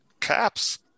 caps